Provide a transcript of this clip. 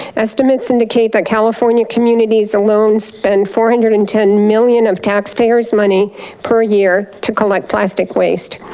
estimates indicate that california communities alone spend four hundred and ten million of tax payers money per year to collect plastic waste.